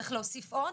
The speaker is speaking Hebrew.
צריך להוסיף עוד,